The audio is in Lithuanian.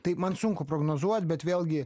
tai man sunku prognozuot bet vėlgi